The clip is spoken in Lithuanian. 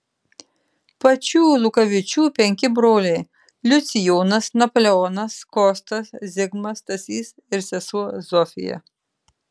pačių lukavičių penki broliai liucijonas napoleonas kostas zigmas stasys ir sesuo zofija